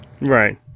right